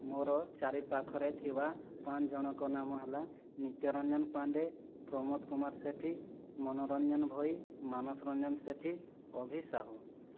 ମୋର ଚାରି ପାଖରେ ଥିବା ପାଞ୍ଚ ଜଣଙ୍କ ନାମ ହେଲା ନିତ୍ୟରଞ୍ଜନ ପାଣ୍ଡେ ପ୍ରମୋଦ କୁମାର ସେଠି ମନୋରଞ୍ଜନ ଭୋଇ ମାନସ ରଞ୍ଜନ ସେଠି ଅଭି ସାହୁ